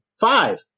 Five